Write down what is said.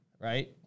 right